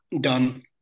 done